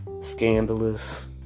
Scandalous